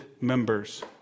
members